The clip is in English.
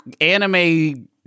anime